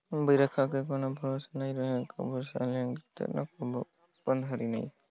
बइरखा के कोनो भरोसा नइ रहें, कभू सालगिरह गिरथे त कभू पंदरही नइ गिरे